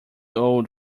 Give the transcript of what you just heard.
old